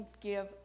give